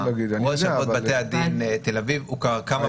אם ראש אבות בתי הדין תל אביב ירצה עוד